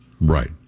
Right